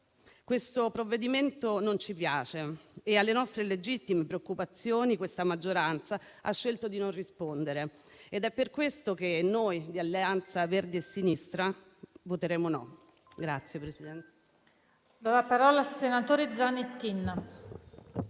questo provvedimento non ci piace e, alle nostre legittime preoccupazioni, questa maggioranza ha scelto di non rispondere. È per questo che noi di Alleanza Verdi e Sinistra voteremo no.